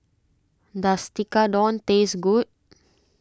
does Tekkadon taste good